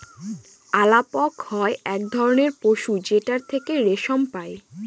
আলাপক হয় এক ধরনের পশু যেটার থেকে রেশম পাই